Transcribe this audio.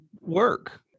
work